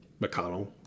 McConnell